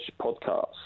podcast